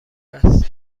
است